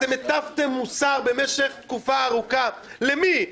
אתם הטפתם מוסר במשך תקופה ארוכה, למי?